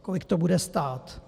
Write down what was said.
Kolik to bude stát?